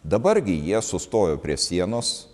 dabar gi jie sustojo prie sienos